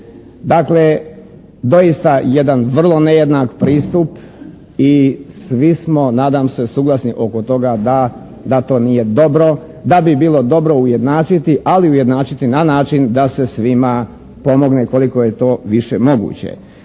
Dakle, doista jedan vrlo nejednak pristup i svi smo nadam se suglasni oko toga da to nije dobro, da bi bilo dobro ujednačiti, ali ujednačiti na način da se svima pomogne koliko je to više moguće.